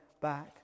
back